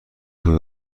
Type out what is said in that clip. کوه